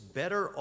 better